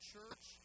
Church